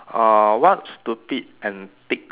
uh what stupid antics